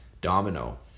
domino